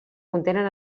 contenen